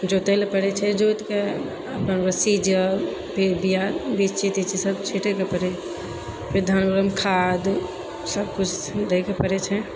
जोतै लअ पड़ै छै जोति के फेर बीआ फेर धान ओहिमे खाद सब किछु दै के पड़ै छै